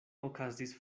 okazis